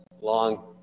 long